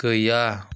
गैया